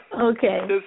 Okay